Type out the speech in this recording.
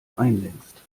einlenkst